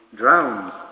drowns